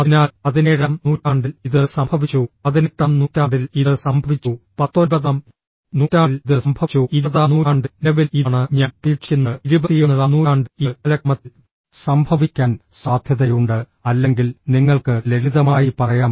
അതിനാൽ പതിനേഴാം നൂറ്റാണ്ടിൽ ഇത് സംഭവിച്ചു പതിനെട്ടാം നൂറ്റാണ്ടിൽ ഇത് സംഭവിച്ചു പത്തൊൻപതാം നൂറ്റാണ്ടിൽ ഇത് സംഭവിച്ചു ഇരുപതാം നൂറ്റാണ്ടിൽ നിലവിൽ ഇതാണ് ഞാൻ പ്രതീക്ഷിക്കുന്നത് 21 ാം നൂറ്റാണ്ടിൽ ഇത് കാലക്രമത്തിൽ സംഭവിക്കാൻ സാധ്യതയുണ്ട് അല്ലെങ്കിൽ നിങ്ങൾക്ക് ലളിതമായി പറയാം